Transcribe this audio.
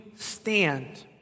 stand